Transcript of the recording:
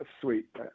Sweet